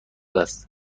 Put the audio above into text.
است